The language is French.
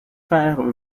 faire